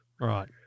right